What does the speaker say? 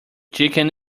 chicken